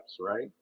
right